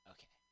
Okay